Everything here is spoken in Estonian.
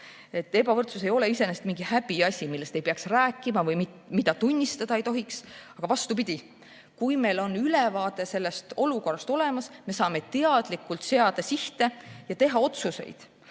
Ebavõrdsus ei ole iseenesest mingi häbiasi, millest ei peaks rääkima või mida tunnistada ei tohiks. Vastupidi, kui meil on ülevaade olukorrast olemas, siis me saame teadlikult seada sihte ja teha otsuseid.